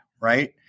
right